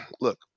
look